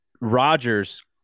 Rodgers